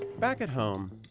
back at home.